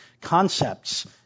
concepts